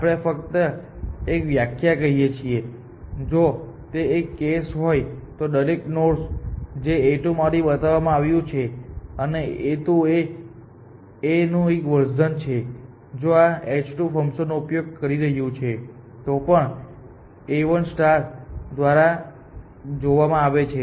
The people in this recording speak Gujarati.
આપણે ફક્ત એક વ્યાખ્યા કહીએ છીએ કે જો તે કેસ હોય તો દરેક નોડ જે a2 માંથી બતાવવામાં આવ્યું છે અને a2 એ Aનું એક વર્ઝન જ છે જે આ h2 ફંક્શનનો ઉપયોગ કરી રહ્યું છે તે પણ A 1 દ્વારા જોવામાં આવે છે